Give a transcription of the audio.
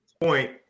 point